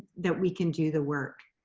that we can do the work.